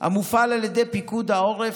המופעלים על ידי פיקוד העורף,